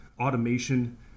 automation